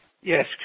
Yes